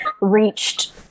reached